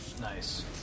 Nice